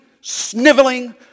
sniveling